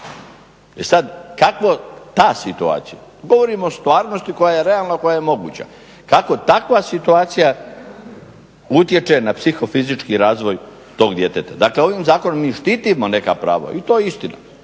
E sad kako ta situacija, govorimo o stvarnosti koja je realna, koja je moguća. Kako takva situacija utječe na psihofizički razvoj djeteta. Dakle, ovim zakonom mi štitimo neka prava i to je istina